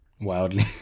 Wildly